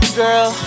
girl